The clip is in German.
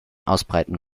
ausbreiten